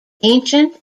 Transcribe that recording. ancient